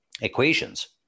equations